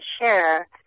share